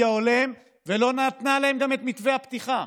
ההולם ולא נתנה להם גם את מתווה הפתיחה.